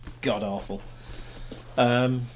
god-awful